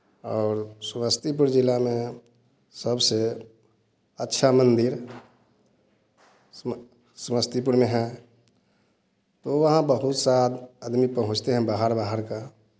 और समस्तीपुर जिला में सबसे अच्छा मंदिर समस्तीपुर में है तो वहाँ बहुत सा आदमी पहुँचते हैं बाहर बाहर का